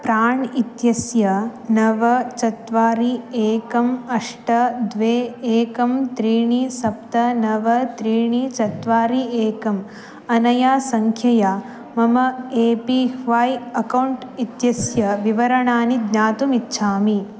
प्राण् इत्यस्य नव चत्वारि एकम् अष्ट द्वे एकं त्रीणि सप्त नव त्रीणि चत्वारि एकम् अनया सङ्ख्यया मम ए पी ह्वाय् अकौण्ट् इत्यस्य विवरणानि ज्ञातुम् इच्छामि